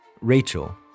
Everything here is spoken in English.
Rachel